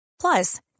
Plus